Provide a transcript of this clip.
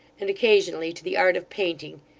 and occasionally to the art of painting,